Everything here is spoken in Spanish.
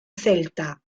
celta